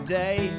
day